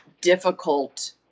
difficult